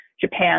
Japan